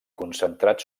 concentrat